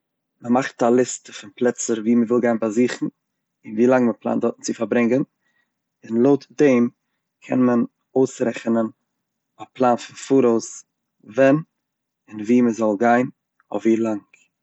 מ'מאכט א ליסטע פון פלעצער וואו מ'וויל גיין באזוכן און ווי לאנג מ'פלאנט דארט צו פארברענגן און לויט דעם קען מען אויסרעכענען א פלאן פון פאראויס ווען און וואו מ'זאל גיין אויף ווי לאנג.